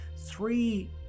three